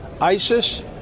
ISIS